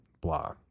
blah